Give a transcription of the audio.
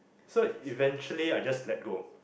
so eventually I just let go